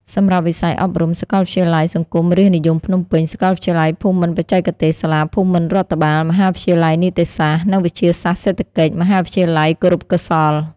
សម្រាប់វិស័យអប់រំ សាកលវិទ្យាល័យសង្គមរាស្ត្រនិយមភ្នំពេញ, សាកលវិទ្យាល័យភូមិន្ទបច្ចេកទេស, សាលាភូមិន្ទរដ្ឋបាល, មហាវិទ្យាល័យនីតិសាស្ត្រ និងវិទ្យាសាស្ត្រសេដ្ឋកិច្ច, មហាវិទ្យាល័យគរុកោសល្យ។